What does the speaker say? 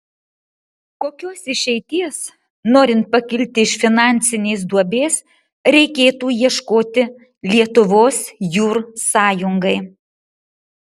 kokios išeities norint pakilti iš finansinės duobės reikėtų ieškoti lietuvos jūr sąjungai